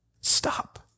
Stop